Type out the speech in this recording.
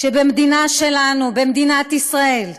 שבמדינה שלנו, במדינת ישראל,